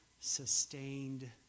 sustained